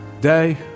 day